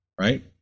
right